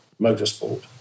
motorsport